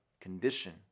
condition